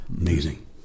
Amazing